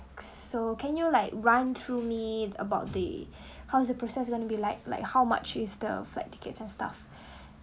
so can you like run through me about the how is the process going to be like like how much is the flight tickets and stuff